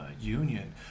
union